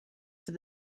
for